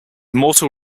mortal